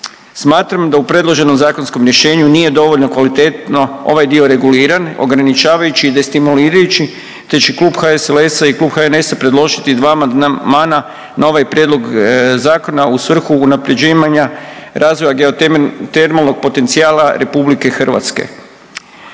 Smatram da u predloženom zakonskom rješenju nije dovoljno kvalitetno ovaj dio reguliran, ograničavajući i destimulirajući, te će Klub HSLS-a i Klub HNS-a predložiti dva amandmana na ovaj prijedlog zakona u svrhu unaprjeđivanja razvoja geotermalnog potencijala RH.